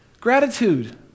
Gratitude